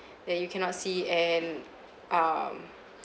that you cannot see and um